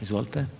Izvolite.